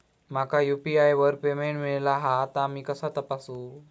माका यू.पी.आय वर पेमेंट मिळाला हा ता मी कसा तपासू?